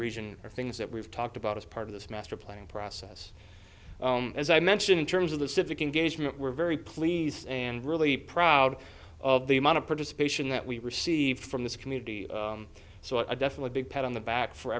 or things that we've talked about as part of this master planning process as i mentioned in terms of the civic engagement we're very pleased and really proud of the amount of participation that we received from this community so i definitely big pat on the back for